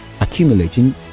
accumulating